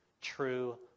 true